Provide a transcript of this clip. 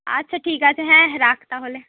আচ্ছা ঠিক আছে হ্যাঁ রাখ তাহলে